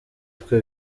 twe